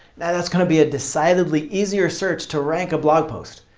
yeah that's going to be a decidedly easier search to rank a blog post.